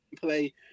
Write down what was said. play